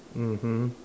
mmhmm